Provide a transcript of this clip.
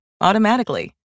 automatically